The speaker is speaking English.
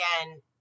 again